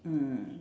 mm